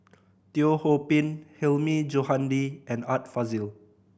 Teo Ho Pin Hilmi Johandi and Art Fazil